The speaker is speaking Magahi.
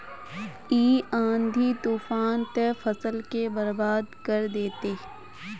इ आँधी तूफान ते फसल के बर्बाद कर देते?